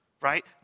right